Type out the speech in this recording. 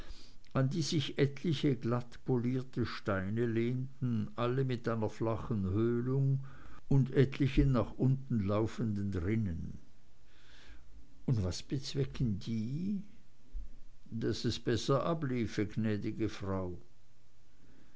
an die sich etliche glattpolierte steine lehnten alle mit einer flachen höhlung und etlichen nach unten laufenden rinnen und was bezwecken die daß es besser abliefe gnäd'ge frau